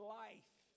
life